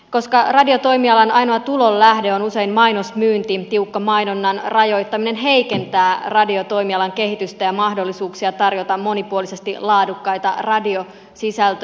koska radiotoimialan ainoa tulonlähde on usein mainosmyynti tiukka mainonnan rajoittaminen heikentää radiotoimialan kehitystä ja mahdollisuuksia tarjota monipuolisesti laadukkaita radiosisältöjä